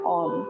on